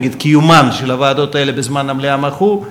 נגד קיומן של הוועדות האלה בזמן המליאה מחו,